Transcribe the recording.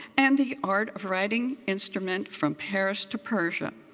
and the art of writing instrument from paris to persia.